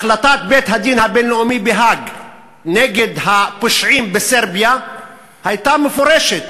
החלטת בית-הדין הבין-לאומי בהאג נגד הפושעים בסרביה הייתה מפורשת: